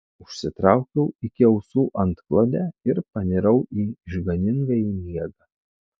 užsitraukiau iki ausų antklodę ir panirau į išganingąjį miegą